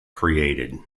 created